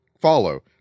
follow